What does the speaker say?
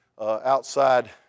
outside